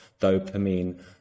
dopamine